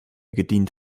gedient